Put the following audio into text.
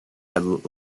had